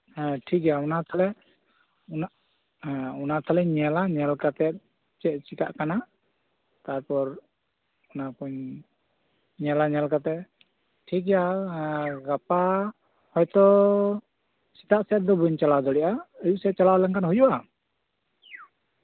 ᱦᱮᱸ ᱴᱷᱤᱠᱜᱮᱭᱟ ᱚᱱᱟᱜᱮ ᱛᱟᱞᱦᱮ ᱚᱢᱟᱜ ᱚᱱᱟ ᱛᱟᱞᱦᱮᱧ ᱧᱮᱞᱟ ᱧᱮ ᱠᱟᱛᱮ ᱪᱮᱫ ᱪᱮᱠᱟᱜ ᱠᱟᱱᱟ ᱛᱟᱨᱯᱚᱨ ᱚᱱᱟᱠᱩᱧ ᱧᱮᱞᱟ ᱧᱮᱞ ᱠᱟᱛᱮ ᱴᱷᱤᱠᱜᱮᱭᱟ ᱜᱟᱯᱟ ᱦᱚᱭᱛᱚ ᱥᱮᱛᱟᱜ ᱥᱮᱡ ᱫᱚ ᱵᱟᱹᱧ ᱪᱟᱞᱟᱣ ᱫᱟᱲᱤᱭᱟᱜᱼᱟ ᱟᱭᱩᱵ ᱥᱮᱡ ᱛᱮ ᱪᱟᱞᱟᱣ ᱞᱮᱱᱠᱷᱟᱱ ᱦᱩᱭᱩᱜᱼᱟ